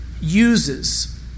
uses